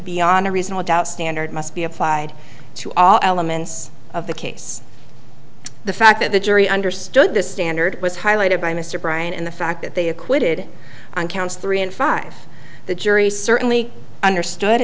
beyond a reasonable doubt standard must be applied to all elements of the case the fact that the jury understood this standard was highlighted by mr bryant and the fact that they acquitted on counts three and five the jury certainly understood